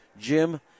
Jim